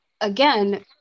again